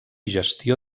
gestió